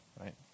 right